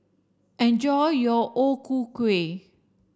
enjoy your O Ku Kueh